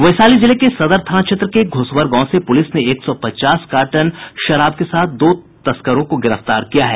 वैशाली जिले के सदर थाना के घोसवर गांव से पुलिस ने एक सौ पचास कार्टन विदेशी शराब के साथ दो लोगों को गिरफ्तार किया है